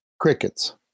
Crickets